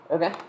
Okay